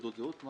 תעודות זהות?